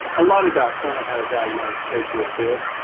a lot of docs don't know how to diagnose atrial fib